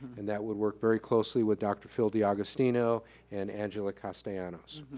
and that would work very closely with dr. phil d'agostino and angela kasteyanos.